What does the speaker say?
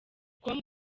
com